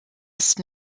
ist